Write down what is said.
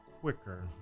quicker